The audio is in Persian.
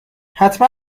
حتما